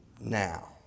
now